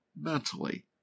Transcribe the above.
mentally